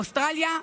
אוסטרליה,